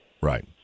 right